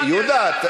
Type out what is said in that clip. יהודה,